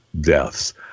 deaths